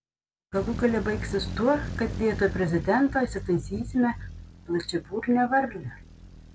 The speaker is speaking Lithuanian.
galų gale baigsis tuo kad vietoj prezidento įsitaisysime plačiaburnę varlę